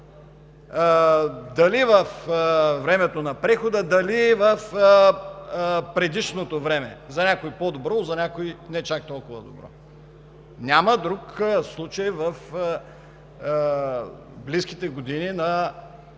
дали във времето на прехода, дали в предишното време, което за някои е по-добро, за някои – не чак толкова добро. Няма друг случай в близките години на